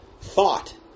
thought